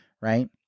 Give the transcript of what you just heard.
Right